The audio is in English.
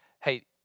hey